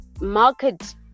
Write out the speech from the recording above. market